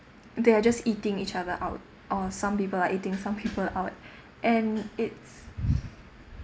they are just eating each other out or some people are eating some people out and it's